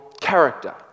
character